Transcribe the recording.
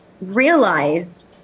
realized